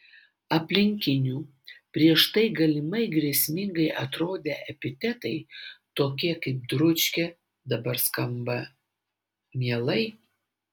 aplinkinių prieš tai galimai grėsmingai atrodę epitetai tokie kaip dručkė dabar skamba mielai